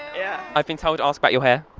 yeah. i've been told to ask about your hair.